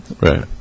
Right